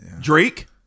Drake